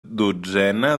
dotzena